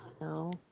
No